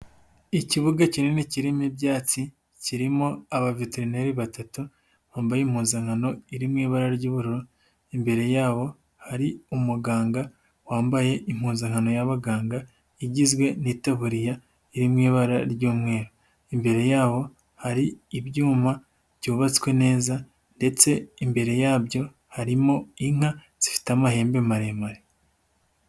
Ikibuga kinini kirimo ibyatsi kirimo abaveterineri batatu, bambaye impuzankano iri mu ibara ry'ubururu, imbere yabo hari umuganga wambaye impuzankano y'abaganga igizwe n'itaburiya irimu ibara ry'umweru. Imbere yaho hari ibyuma byubatswe neza ndetse imbere yabyo harimo inka zifite amahembe maremare.